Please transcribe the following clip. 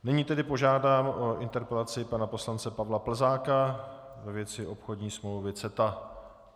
Nyní tedy požádám o interpelaci pana poslance Pavla Plzáka ve věci obchodní smlouvy CETA.